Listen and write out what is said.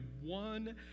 one